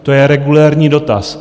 To je regulérní dotaz.